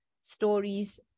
stories